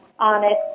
honest